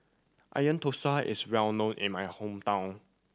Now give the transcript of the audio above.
Onion Thosai is well known in my hometown